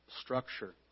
structure